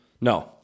No